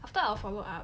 what type of follow up